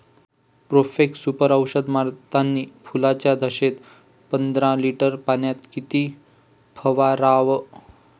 Profex Super औषध मारतानी फुलाच्या दशेत पंदरा लिटर पाण्यात किती फवाराव?